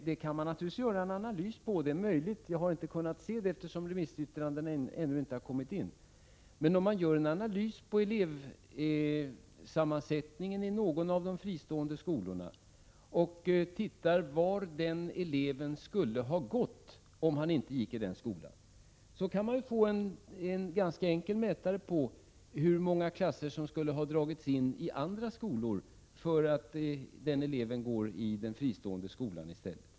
Detta kan man naturligtvis göra en analys av. Jag har ännu inte kunnat se det, eftersom remissyttrandena ännu inte har kommit in. Men om man gör en analys av elevsammansättningen i någon av de fristående skolorna och undersöker var eleverna skulle ha gått om de inte gått i den fristående skolan kan man få en ganska enkel mätare på hur många klasser i andra skolor som har dragits in på grund av att eleverna i stället går i den fristående skolan.